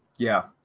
yeah,